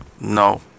No